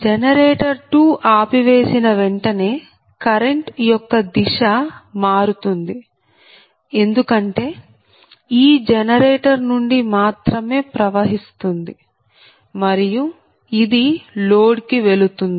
generator 2 ఆపివేసిన వెంటనే current యొక్క దిశ మారుతుంది ఎందుకంటే ఈ జనరేటర్ నుండి మాత్రమే ప్రవహిస్తుంది మరియు ఇది లోడ్ కు వెళుతుంది